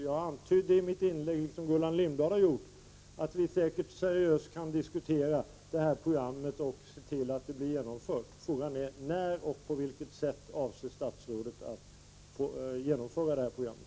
Jag antydde i mitt inlägg, liksom Gullan Lindblad har gjort, att vi säkert på ett seriöst sätt kan diskutera det här programmet och se till att detta blir genomfört. Men frågan är alltså: När och på vilket sätt avser statsrådet att genomföra programmet?